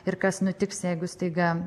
ir kas nutiks jeigu staiga